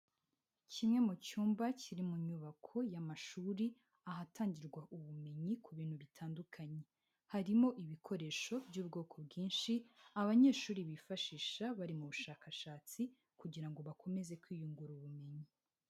Kimwe mu cyumba kiri mu nyubako y'amashuri, ahatangirwa ubumenyi ku bintu bitandukanye. Harimo ibikoresho by'ubwoko bwinshi, abanyeshuri bifashisha bari mu bushakashatsi, kugira ngo bakomeze kwiyungura ubumenyi.